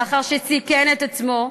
לאחר שסיכן את עצמו,